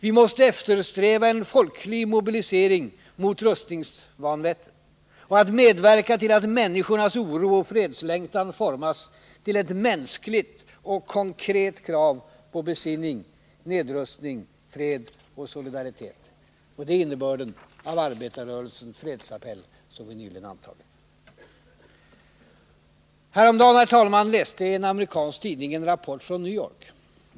Vi måste eftersträva en folklig mobilisering mot rustningsvanvettet och att medverka till att människornas oro och fredslängtan formas till ett mänskligt och konkret krav på besinning, nedrustning, fred och solidaritet. Det är innebörden av arbetarrörelsens fredsappell, som vi nyligen antagit. Häromdagen läste jag i en amerikansk tidning en rapport från New York.